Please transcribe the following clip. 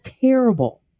terrible